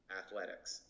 athletics